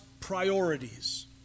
priorities